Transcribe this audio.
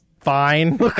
Fine